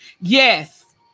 yes